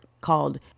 called